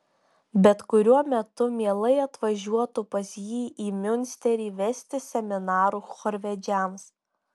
bet kuriuo metu mielai atvažiuotų pas jį į miunsterį vesti seminarų chorvedžiams